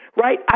Right